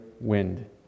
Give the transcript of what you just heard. wind